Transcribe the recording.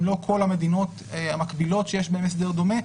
לא כל המדינות המקבילות שיש בהן הסדר דומה,